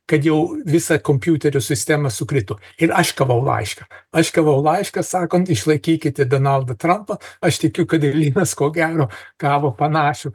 kad jau visą kompiuterių sistemą sukrito ir aš gavau laišką aš gavau laišką sakant išlaikykite donaldą trampą aš tikiu kad ir linas ko gero gavo panašų